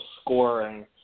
scoring